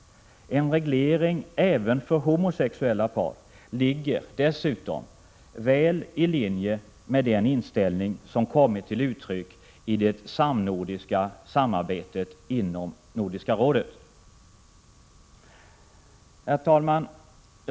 En reglering även för homosexuella par ligger dessutom väl i linje med den inställning som har kommit till uttryck i samarbetet inom Nordiska rådet. Herr talman!